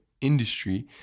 industry